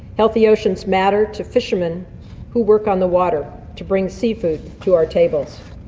healthy oceans matter to fishermen who work on the water to bring seafood to our tables.